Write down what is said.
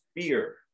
Fear